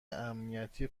امنیتی